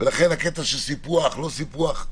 לכן הקטע של סיפוח או לא סיפוח,